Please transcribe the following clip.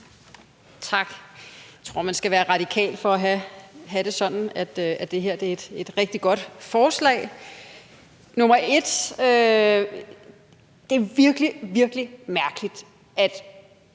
Tak. Jeg tror, at man skal være radikal for at have det sådan, at det her er et rigtig godt forslag. Punkt 1: Det er virkelig, virkelig mærkeligt, at